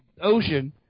ocean